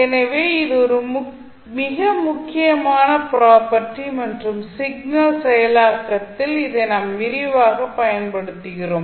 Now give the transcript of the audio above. எனவே இது ஒரு மிக முக்கியமான ப்ராப்பர்ட்டி மற்றும் சிக்னல் செயலாக்கத்தில் இதை நாம் விரிவாக பயன்படுத்துகிறோம்